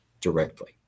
directly